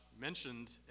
mentioned